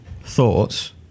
thoughts